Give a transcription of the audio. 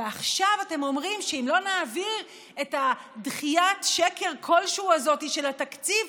ועכשיו אתם אומרים שאם לא נעביר את דחיית שקר כלשהו הזאת של התקציב,